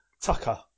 Tucker